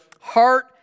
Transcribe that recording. heart